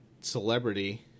celebrity